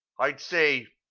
i'd say.